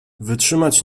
wytrzymać